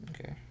Okay